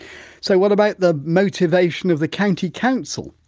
so, what about the motivation of the county council?